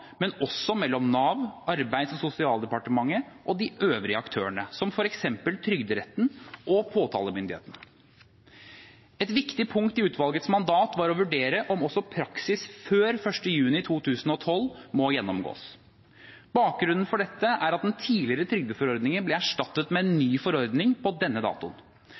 men også mellom Nav, Arbeids- og sosialdepartementet og de øvrige aktørene, som f.eks. Trygderetten og påtalemyndigheten. Et viktig punkt i utvalgets mandat var å vurdere om også praksis før 1. juni 2012 må gjennomgås. Bakgrunnen for dette er at den tidligere trygdeforordningen ble erstattet med en ny forordning på denne datoen.